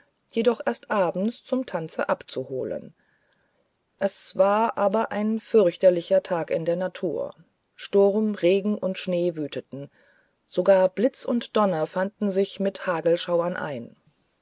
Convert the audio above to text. jedoch erst abends zum tanze abzuholen es war aber ein fürchterlicher tag in der natur sturm regen und schnee wüteten sogar blitz und donner fanden sich mit hagelschauern ein